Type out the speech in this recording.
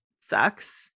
Sucks